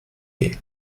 gehen